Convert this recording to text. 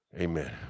amen